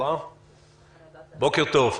בוקר טוב.